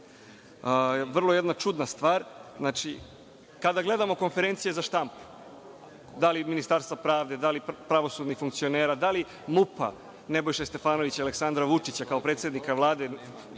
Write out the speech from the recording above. Vrlo jedna čudna stvar. Kada gledamo konferencije za štampu, da li Ministarstva pravde, da li pravosudnih funkcionera, da li MUP-a, Nebojšu Stefanovića, Aleksandra Vučića, kao predsednika Vlade,